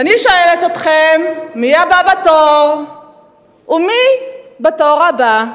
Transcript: ואני שואלת אתכם, מי הבא בתור ומי בתור הבא?